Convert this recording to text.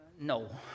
No